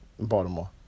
Baltimore